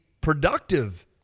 productive